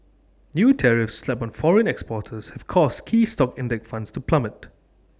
new tariffs slapped on foreign exporters have caused key stock index funds to plummet